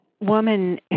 woman